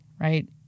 right